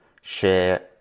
share